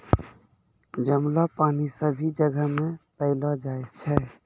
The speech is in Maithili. जमलो पानी सभी जगह नै पैलो जाय छै